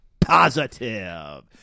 positive